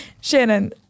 Shannon